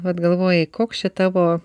vat galvojai koks čia tavo